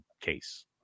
case